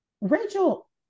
rachel